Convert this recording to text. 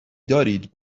دارید